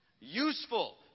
useful